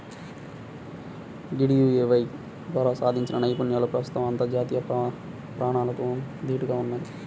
DDUAY ద్వారా సాధించిన నైపుణ్యాలు ప్రస్తుతం అంతర్జాతీయ ప్రమాణాలకు దీటుగా ఉన్నయ్